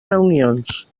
reunions